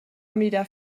mirar